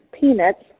peanuts